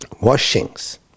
washings